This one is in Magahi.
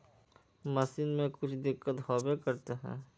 मशीन में कुछ दिक्कत होबे करते है?